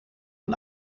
van